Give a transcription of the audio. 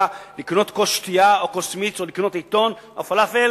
לקנות כוס שתייה או כוס מיץ או לקנות עיתון או פלאפל